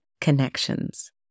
connections